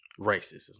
Racism